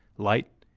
light,